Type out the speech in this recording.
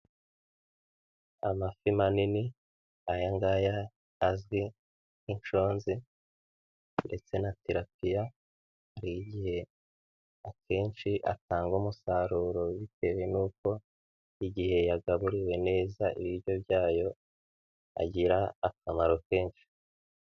Amafi manini, aya ngaya azwi nk'Inshonzi ndetse na Tirapiya, hari igihe akenshi atanga umusaruro bitewe nuko igihe yagaburiwe neza ibiryo byayo, agira akamaro kenshi.